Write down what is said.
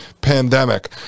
pandemic